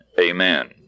Amen